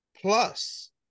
plus